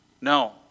No